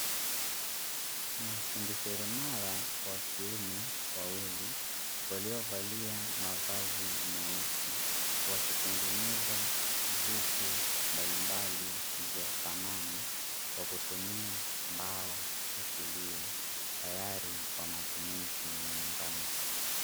Mafundi seremala wa kiume wawili waliovalia mavazi meusi, wakitengeneza vitu mbalimbali vya samani, kwa kutumia mbao asilia, tayari kwa matumizi ya nyumbani.